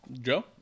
Joe